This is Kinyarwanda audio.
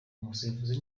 umusifuzi